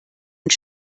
und